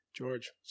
George